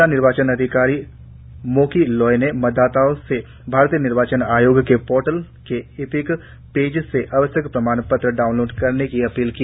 जिला निर्वाचन अधिकारी मोकी लोई ने मतदाताओं से भारतीय निर्वाचन आयोग के पोर्टल के ई एपिक पेज से आवश्यक प्रमाण पत्र डाउनलोड करने की अपील की